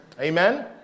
Amen